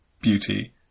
beauty